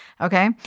Okay